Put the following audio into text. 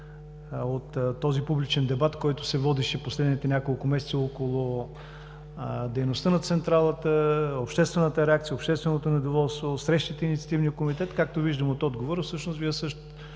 от този публичен дебат, който се водеше последните няколко месеца около дейността на Централата, обществената реакция, общественото недоволство, от срещите на Инициативния комитет. Както виждам от отговора, същност Вие сте